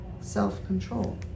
self-control